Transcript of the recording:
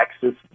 Texas